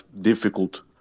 difficult